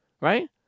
Right